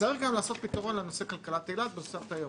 צריך גם לתת פתרון לנושא כלכלת אילת בנושא התיירות.